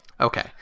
Okay